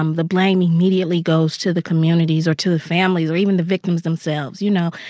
um the blame immediately goes to the communities or to the families or even the victims themselves. you know,